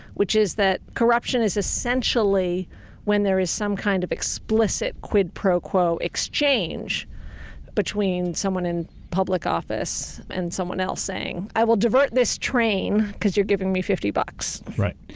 which is that corruption is essentially when there is some kind of explicit quid pro quo exchange between someone in public office and someone else saying, i will divert this train cause you're giving me fifty bucks. right,